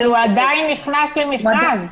הוא עדיין נכנס למכרז.